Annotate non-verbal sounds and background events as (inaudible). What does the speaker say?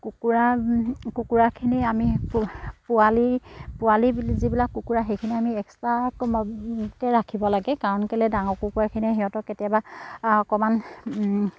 কুকুৰা কুকুৰাখিনি আমি পোৱালি পোৱালি যিবিলাক কুকুৰা সেইখিনি আমি এক্সট্ৰাকৈ (unintelligible) ৰাখিব লাগে কাৰণ কেলৈ ডাঙৰ কুকুৰাখিনিয়ে সিহঁতক কেতিয়াবা অকণমান